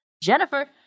Jennifer